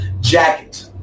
jacket